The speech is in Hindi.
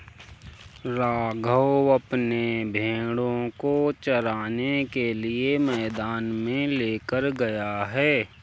राघव अपने भेड़ों को चराने के लिए मैदान में लेकर गया है